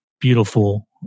beautiful